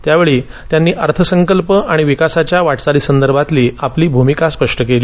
यावेळी त्यांनी अर्थसंकल्प आणि विकासाच्या वाटचालीसंदर्भातली आपली भूमिका स्पष्ट केली